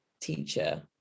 teacher